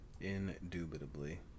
Indubitably